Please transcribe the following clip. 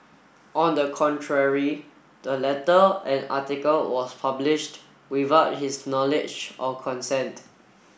on the contrary the letter and article was published without his knowledge or consent